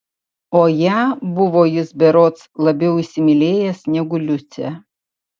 o ją buvo jis berods labiau įsimylėjęs negu liucę